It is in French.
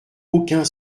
aucun